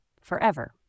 forever